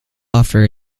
after